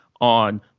on